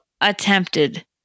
Attempted